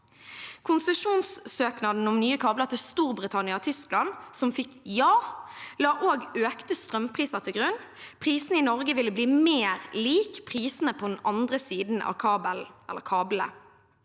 Konsesjonssøknaden om nye kabler til Storbritannia og Tyskland, som fikk ja, la også økte strømpriser til grunn. Prisene i Norge ville bli mer lik prisene på i andre enden av kablene.